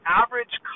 average